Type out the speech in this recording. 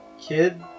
kid